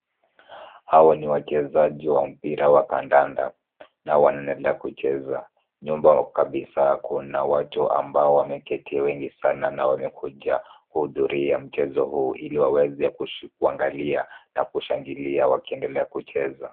Hawa ni wachezaji wa mpira wa kandanda na wanaendelea kucheza. Nyuma kabisa kuna watu ambao wameketi wengi sana na wamekuja kuhudhuria mchezo huu ili waweze kuangalia na kushangilia wakiendelea kucheza.